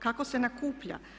Kako se nakuplja?